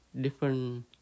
different